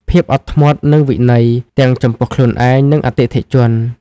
ភាពអត់ធ្មត់ និងវិន័យ ទាំងចំពោះខ្លួនឯង និងអតិថិជន។